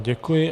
Děkuji.